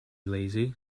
lazy